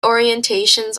orientations